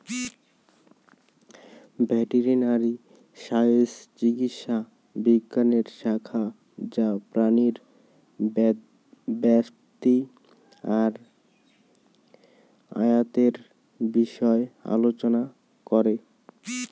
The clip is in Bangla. ভেটেরিনারি সায়েন্স চিকিৎসা বিজ্ঞানের শাখা যা প্রাণীর ব্যাধি আর আঘাতের বিষয় আলোচনা করে